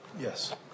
Yes